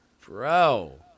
Bro